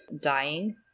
dying